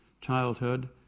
childhood